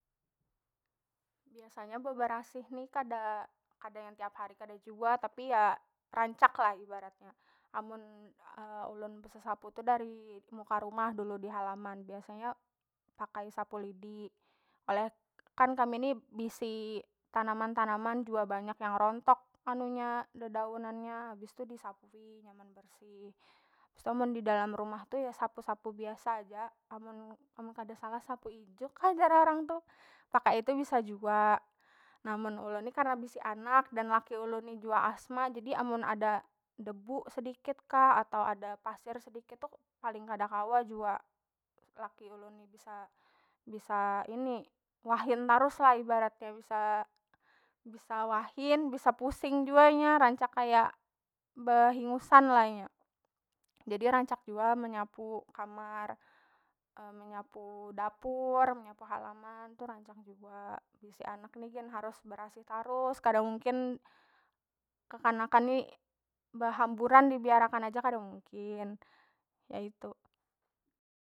Biasanya bebarasih ni kada- kada yang tiap hari kada jua tapi ya rancak lah ibaratnya amun ulun besesapu tu dari muka rumah dulu di halaman biasanya pakai sapu lidi oleh kan kami ni bisi tanaman- tanaman jua banyak yang rontok anu nya dedaunannya habis tu disapui nyaman bersih. Habis tu mun didalam rumah tu ya sapu- sapu biasa ja amun kada salah sapu ijuk kah jar orang tu pakai itu bisa jua nah amun ulun ni karna bisi anak dan laki ulun ni jua asma jadi amun ada debu sedikit kah atau ada pasir sedikit tu paling kada kawa jua laki ulun ni bisa- bisa ini wahin tarus lah ibaratnya bisa- bisa wahin, bisa pusing jua inya rancak kaya behingusan lah inya. jadi rancak jua menyapu kamar, menyapu dapur, menyapu halaman tu rancak jua bisi anak ni gin harus barasih tarus kada mungkin kekanakan ni behamburan dibiar akan aja kada mungkin ya itu.